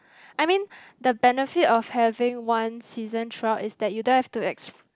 I mean the benefit of having one season throughout is that you don't have to ex~